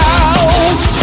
out